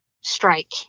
strike